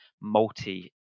multi